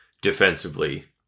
defensively